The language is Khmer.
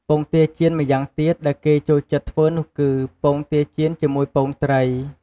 ពងទាចៀនម្យ៉ាងទៀតដែលគេចូលចិត្តធ្វើនោះគឺ ពងទាចៀនជាមួយពងត្រី។